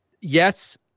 yes